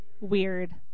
weird